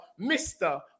Mr